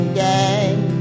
gang